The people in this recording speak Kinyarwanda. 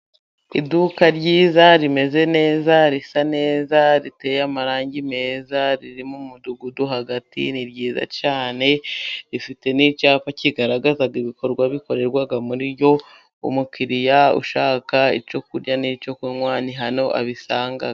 Iduka ryiza, rimeze neza, risa neza, riteye amarangi meza, riri mu mudugudu hagati, ni ryiza cyane, rifite n'icyapa kigaragaza ibikorwa bikorerwa muri ryo, umukiriya ushaka icyo kurya n'icyo kunywa ni hano abisanga.